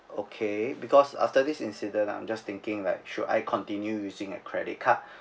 okay because after this incident I'm just thinking like should I continue using a credit card